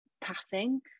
passing